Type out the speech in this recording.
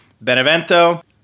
Benevento